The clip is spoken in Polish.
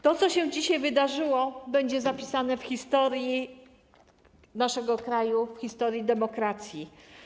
To, co się dzisiaj wydarzyło, będzie zapisane w historii naszego kraju, w historii demokracji.